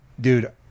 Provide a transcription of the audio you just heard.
dude